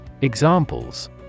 Examples